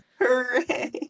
Hooray